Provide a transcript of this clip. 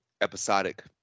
episodic